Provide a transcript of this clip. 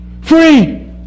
Free